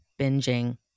Binging